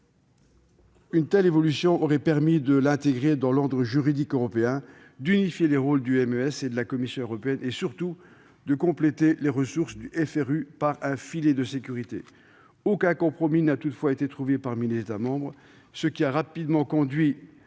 Une telle évolution aurait permis de l'intégrer dans l'ordre juridique européen, d'unifier les rôles du MES et de la Commission européenne et, surtout, de compléter les ressources du FRU par un filet de sécurité. Aucun compromis n'a toutefois été trouvé parmi les États membres, ce qui a rapidement conduit